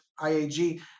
IAG